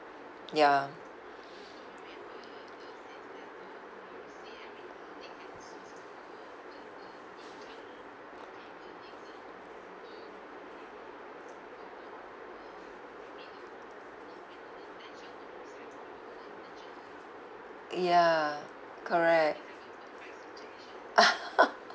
ya ya correct